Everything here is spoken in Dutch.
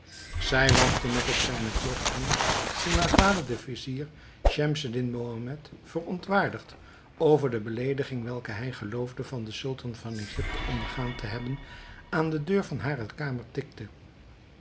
zij wachtte nog op zijne terugkomst toen haar vader de vizier schemseddin mohammed verontwaardigd over de beleediging welke hij geloofde van den sultan van egypte ondergaan te hebben aan de deur van hare kamer tikte